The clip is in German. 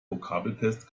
vokabeltest